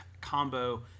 combo